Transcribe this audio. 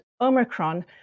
Omicron